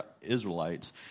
Israelites